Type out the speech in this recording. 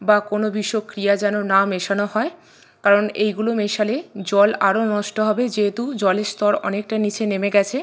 বা কোনো বিষক্রিয়া যেন না মেশানো হয় কারণ এইগুলো মেশালে জল আরো নষ্ট হবে যেহেতু জলের স্তর অনেকটা নিচে নেমে গেছে